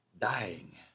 dying